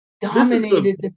dominated